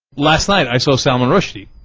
last night i saw salman rushdie